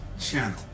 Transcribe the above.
channel